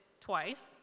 twice